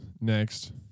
next